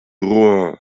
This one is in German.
rouen